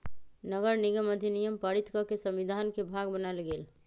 नगरनिगम अधिनियम पारित कऽ के संविधान के भाग बनायल गेल